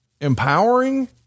empowering